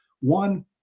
One